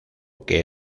que